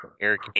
Eric